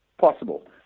possible